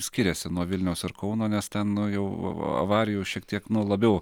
skiriasi nuo vilniaus ir kauno nes ten nu jau avarijų šiek tiek nu labiau